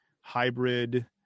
hybrid